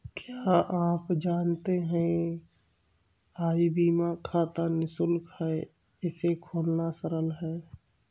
क्या आप जानते है ई बीमा खाता निशुल्क है, इसे खोलना सरल है?